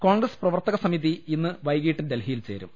കോൺഗ്രസ് പ്രവർത്തക സമിതി ഇന്ന് വൈകീട്ട് ഡൽഹി യിൽ ചേരും